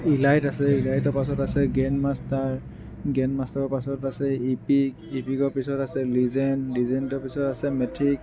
elite আছে ইলাইটৰ পাছত আছে গেন মাষ্টাৰ গেন মাষ্টাৰৰ পাছত আছে ইপিক ইপিকৰ পিছত আছে লিজেন লিজেণ্ডৰ পিছত আছে মেথিক